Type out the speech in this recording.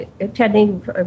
attending